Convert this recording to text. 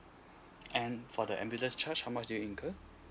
and for the ambulance charged how much do you incurred